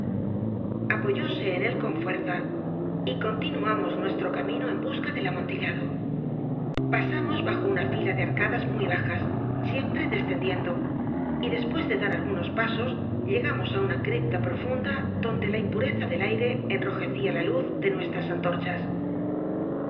brazo apoyóse en él con fuerza y continuamos nuestro camino en busca del amontillado pasamos bajo una fila de arcadas muy bajas siempre descendiendo y después de dar algunos p a s o s llegamos á una cripta profunda donde la impureza del aire enrojecía la luz de